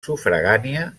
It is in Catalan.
sufragània